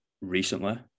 recently